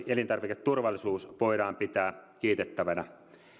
elintarviketurvallisuus voidaan pitää kiitettävänä